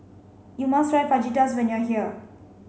you must try Fajitas when you are here